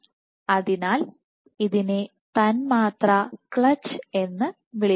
അതിനാൽ ഇതിനെ തന്മാത്ര ക്ലച്ച് എന്ന് വിളിക്കുന്നു